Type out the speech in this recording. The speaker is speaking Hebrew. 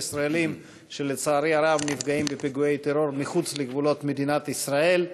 של ישראלים שלצערי הרב נפגעים בפיגועי טרור מחוץ לגבולות מדינת ישראל.